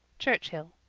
churchhill